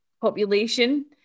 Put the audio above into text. population